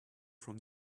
from